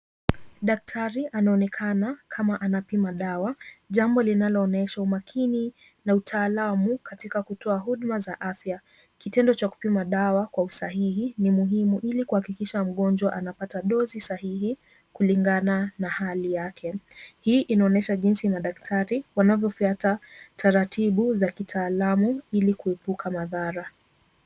Daktari anaonekana kama anapima dawa, jambo linaloonyesha umakini na utaalamu katika kutoa huduma za afya. Kitendo cha kupima dawa kwa usahihi ni muhimu ili kuhakikisha mgonjwa anapata dozi sahihi kulingana na hali yake. Hii inaonyesha jinsi madaktari wanavyofuata taratibu za kitaalamu ili kuepuka madhara.